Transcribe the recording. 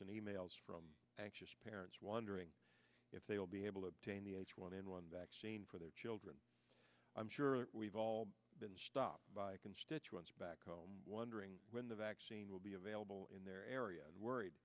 and e mails from parents wondering if they will be able to obtain the h one n one vaccine for their children i'm sure we've all been stopped by constituents back home wondering when the vaccine will be available in their area worried